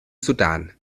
sudan